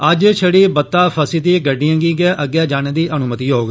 अज्ज छड़ी बत्ता फसी दी गड़डियें गी गै अग्गै जाने दी अनुमति होग